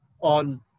on